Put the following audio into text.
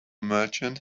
merchant